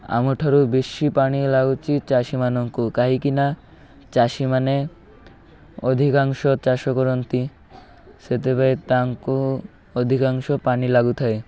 ଆମ ଠାରୁ ବେଶି ପାଣି ଲାଗୁଛି ଚାଷୀମାନଙ୍କୁ କାହିଁକିନା ଚାଷୀମାନେ ଅଧିକାଂଶ ଚାଷ କରନ୍ତି ସେଥିପାଇଁ ତାଙ୍କୁ ଅଧିକାଂଶ ପାଣି ଲାଗୁଥାଏ